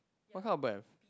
what kind of bird have